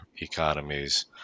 economies